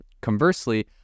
conversely